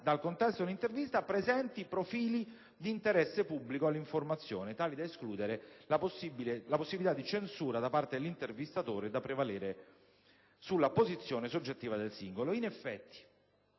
contesto dell'intervista, presenti profili di interesse pubblico all'informazione tali da escludere la possibilità di censura da parte dell'intervistatore e da prevalere sulla posizione soggettiva del singolo. In effetti,